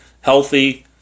healthy